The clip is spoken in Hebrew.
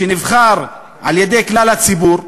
שנבחר על-ידי כלל הציבור,